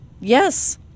Yes